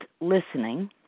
listening